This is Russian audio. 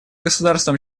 государствам